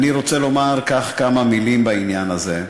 אני רוצה לומר כמה מילים בעניין הזה.